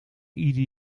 ieder